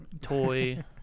toy